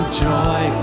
joy